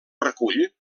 recull